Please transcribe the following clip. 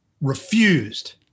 refused